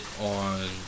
on